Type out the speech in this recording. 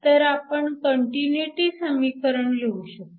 तर आपण कंटिन्यूटी समीकरण लिहू शकतो